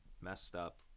messed-up